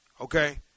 Okay